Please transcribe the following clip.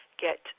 get